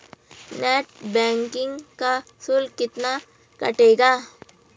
Net banking का शुल्क कितना कटेगा?